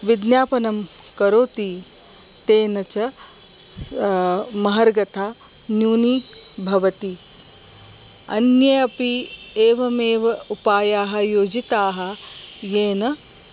विज्ञापनं करोति तेन च महार्घता न्यूनी भवति अन्ये अपि एवमेव उपायाः योजिताः येन